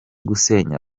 gusenya